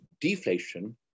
deflation